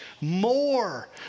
more